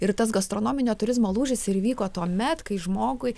ir tas gastronominio turizmo lūžis ir įvyko tuomet kai žmogui